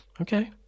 Okay